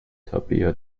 tabea